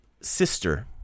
sister